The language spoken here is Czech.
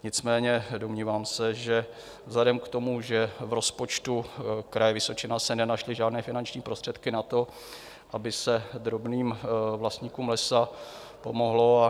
Nicméně domnívám se, že vzhledem k tomu, že v rozpočtu Kraje Vysočina se nenašly žádné finanční prostředky na to, aby se drobným vlastníkům lesa pomohlo.